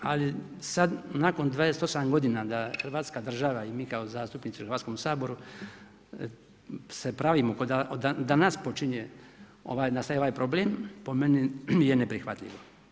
Ali sad nakon 28 godina da Hrvatska država i mi kao zastupnici u Hrvatskom saboru se pravimo kao da danas počinje, nastaje ovaj problem, po meni je neprihvatljivo.